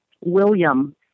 William